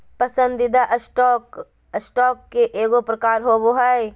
पसंदीदा stock, stock के एगो प्रकार होबो हइ